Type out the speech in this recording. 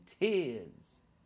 tears